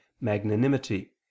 magnanimity